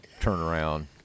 turnaround